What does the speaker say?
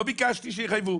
לא ביקשתי שיחייבו,